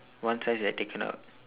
one slice had taken out